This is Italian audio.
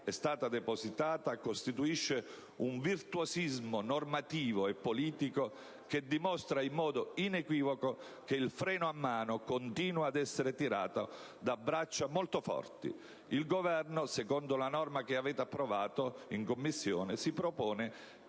è stata depositata costituisce un virtuosismo normativo e politico che dimostra in modo inequivocabile che il freno a mano continua ad essere tirato da braccia molto forti. Il Governo, secondo la norma che avete approvato, decide di proporre